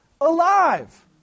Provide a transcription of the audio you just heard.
alive